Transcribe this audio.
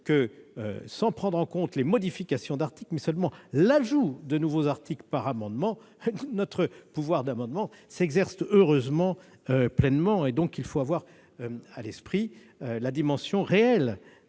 Et je prends en compte non pas les modifications d'articles, mais seulement l'ajout de nouveaux articles par amendement. Notre pouvoir d'amendement s'exerce donc heureusement pleinement. Il faut donc garder à l'esprit la dimension réelle